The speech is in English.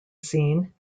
seen